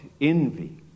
envy